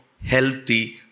healthy